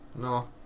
No